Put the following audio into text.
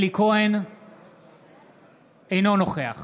אינו נוכח